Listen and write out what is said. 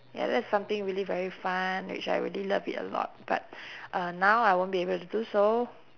ya that's something really very fun which I really love it a lot but uh now I won't be able to do so